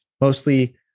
mostly